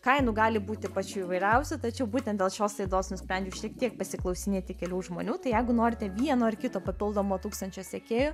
kainų gali būti pačių įvairiausių tačiau būtent dėl šios laidos nusprendžiau šiek tiek pasiklausinėti kelių žmonių tai jeigu norite vieno ar kito papildomo tūkstančio sekėjų